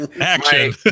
Action